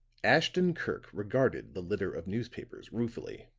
ashton-kirk regarded the litter of newspapers ruefully